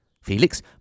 Felix